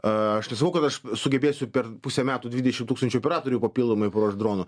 a aš nesakau kad aš sugebėsiu per pusę metų dvidešim tūkstančių operatorių papildomai paruošt dronų